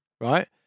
Right